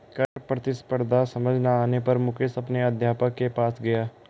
कर प्रतिस्पर्धा समझ ना आने पर मुकेश अपने अध्यापक के पास गया